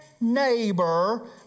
neighbor